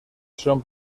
son